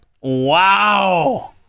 Wow